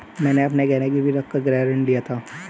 मैंने अपने गहने गिरवी रखकर गृह ऋण लिया था